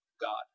God